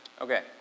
Okay